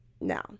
Now